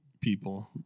people